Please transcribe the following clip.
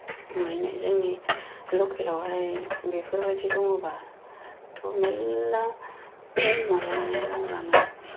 मानोना जोंनि लखेलावहाय बेफोरबायदि दङबाथ' मेरला माबानानै मावनानै